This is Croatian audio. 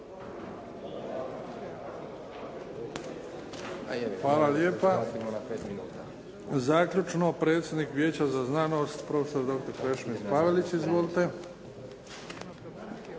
Hvala lijepa. Zaključno predsjednik Vijeća za znanost, profesor doktor Krešimir Pavelić. Izvolite.